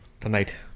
tonight